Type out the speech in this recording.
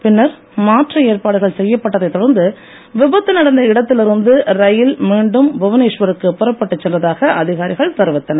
பின்னர் மாற்று ஏற்பாடுகள் செய்யப்பட்டதைத் தொடர்ந்து விபத்து நடந்த இடத்தில் இருந்து ரயில் மீண்டும் புவனேஷ்வருக்கு புறப்பட்டு சென்றதாக அதிகாரிகள் தெரிவித்தனர்